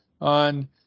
on